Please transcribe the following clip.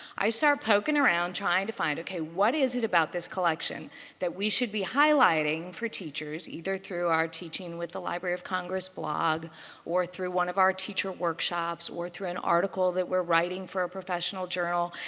i start poking around trying to find, okay, what is it about this collection that we should be highlighting for teachers either through our teaching with the library of congress blog or through one of our teacher workshops or through an article that we're writing for a professional journal?